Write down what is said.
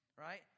Right